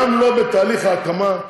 גם לא בתהליך ההקמה,